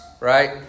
right